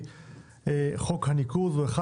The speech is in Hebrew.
חוק הניקוז הוא אחד